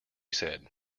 said